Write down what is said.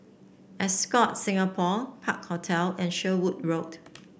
Ascott Singapore Park Hotel and Sherwood Road